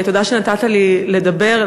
תודה שנתת לי לדבר,